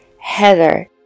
Heather